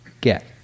get